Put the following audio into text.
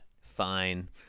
Fine